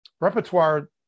repertoire